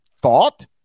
thought